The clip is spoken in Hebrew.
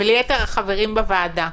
וליתר החברים בוועדה: